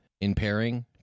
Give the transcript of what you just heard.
impairing